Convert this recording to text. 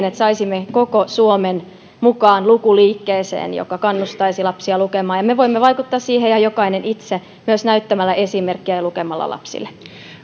että saisimme koko suomen mukaan lukuliikkeeseen joka kannustaisi lapsia lukemaan me voimme vaikuttaa siihen ihan jokainen itse myös näyttämällä esimerkkiä ja lukemalla lapsille